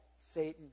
Satan